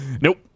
nope